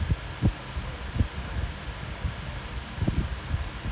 what is this you do not have to transcribe past three thousand something orh